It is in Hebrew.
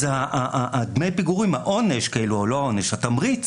אז דמי פיגורים ה-"עונש" או התמריץ